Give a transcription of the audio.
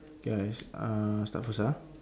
guys uh I start first ah